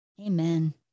Amen